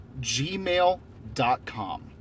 gmail.com